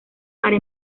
para